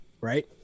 Right